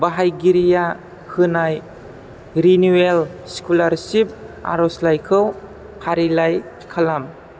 बाहायगिरिया होनाय renewal scholarship आरज'लाइखौ फारिलाइ खालाम